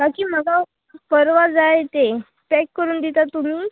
काकी म्हाका परवा जाय ते पॅक करून दिता तुमी